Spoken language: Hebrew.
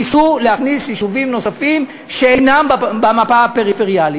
ניסו להכניס יישובים נוספים שאינם במפת הפריפריה.